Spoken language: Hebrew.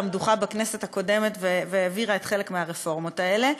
המדוכה בכנסת הקודמת והעבירה חלק מהרפורמות האלה,